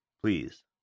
Please